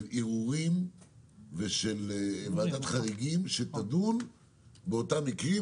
של ערעורים ושל ועדת חריגים שתדון באותם מקרים.